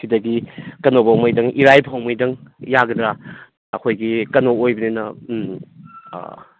ꯁꯤꯗꯒꯤ ꯀꯩꯅꯣ ꯐꯥꯎꯃꯩꯗꯪ ꯏꯔꯥꯏ ꯐꯥꯎ ꯃꯩꯏꯗꯪ ꯌꯥꯒꯗ꯭ꯔꯥ ꯑꯩꯈꯣꯏꯒꯤ ꯀꯩꯅꯣ ꯑꯣꯏꯕꯅꯤꯅ ꯎꯝ